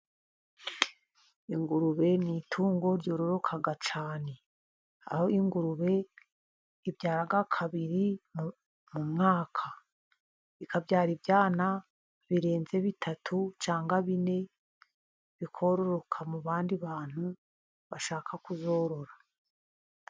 Ingurube ni itungo ryororoka cyane, aho ingurube ibyara kabiri mu mwaka. Ikabyara ibyana birenze bitatu cyangwa bine, bikororoka mu bandi bantu bashaka kuzorora.